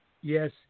yes